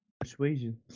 persuasion